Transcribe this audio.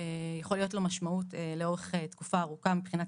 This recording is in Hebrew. - יכולה להיות לו משמעות לאורך תקופה ארוכה מבחינת